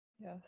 Yes